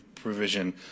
provision